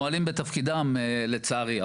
והם מועלים בתפקידם לצערי.